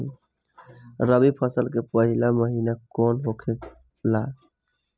रबी फसल के पहिला महिना कौन होखे ला?